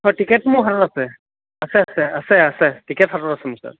হয় টিকেট মোৰ হাতত আছে আছে আছে আছে আছে টিকেট হাতত আছে মোৰ ছাৰ